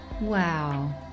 wow